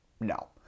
No